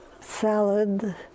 salad